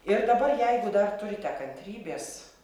ir dabar jeigu dar turite kantrybės